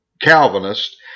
Calvinist